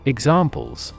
Examples